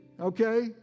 okay